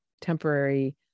temporary